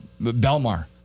Belmar